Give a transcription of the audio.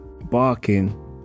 barking